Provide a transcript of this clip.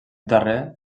darrer